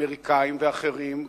אמריקנים ואחרים,